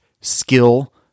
skill